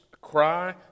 cry